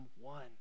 one